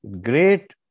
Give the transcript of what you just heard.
great